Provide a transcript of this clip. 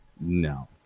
No